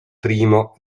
primo